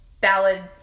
ballad